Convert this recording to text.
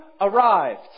arrived